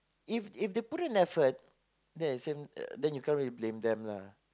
if if they put in effort you cant blame them